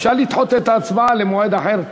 אפשר לדחות את ההצבעה למועד אחר,